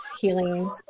healing